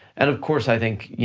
and of course, i think, yeah